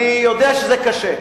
אני יודע שזה קשה,